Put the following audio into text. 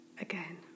again